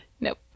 Nope